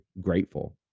grateful